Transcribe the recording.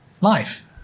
life